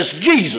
Jesus